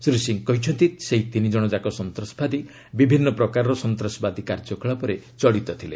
ଶ୍ରୀ ସିଂହ କହିଛନ୍ତି ସେହି ତିନି ଜଣଯାକ ସନ୍ତାସବାଦୀ ବିଭିନ୍ନ ପ୍ରକାରର ସନ୍ତାସବାଦୀ କାର୍ଯ୍ୟକଳାପରେ କଡ଼ିତ ଥିଲେ